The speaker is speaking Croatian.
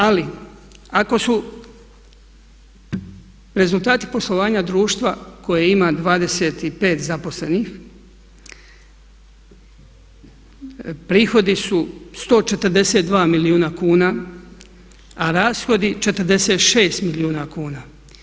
Ali ako su rezultati poslovanja društva koje ima 25 zaposlenih prihodi su 142 milijuna kuna, a rashodi 46 milijuna kuna.